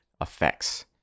effects